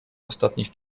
ostatnich